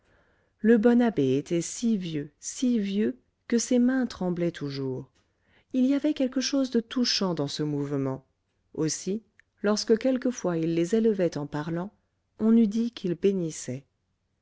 le bon abbé était si vieux si vieux que ses mains tremblaient toujours il y avait quelque chose de touchant dans ce mouvement aussi lorsque quelquefois il les élevait en parlant on eût dit qu'il